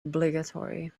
obligatory